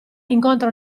incontra